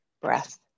breath